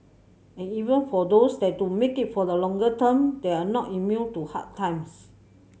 and even for those that do make it for the longer term they are not immune to hard times